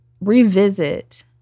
Revisit